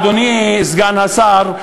אדוני סגן השר,